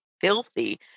filthy